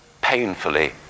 painfully